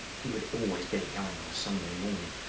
he would always get it going on a sunday morning.